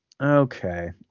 Okay